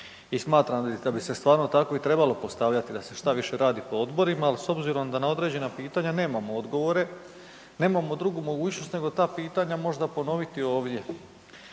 i smatram da bi se stvarno tako trebalo postavljati da se što više radi po odborima. Ali s obzirom da na određena pitanja nemamo odgovore, nemamo drugu mogućnost nego ta pitanja možda ponoviti ovdje.